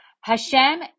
Hashem